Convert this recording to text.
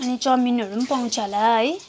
अनि चौमिनहरू पनि पाउँछ होला है